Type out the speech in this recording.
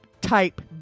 type